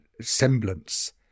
semblance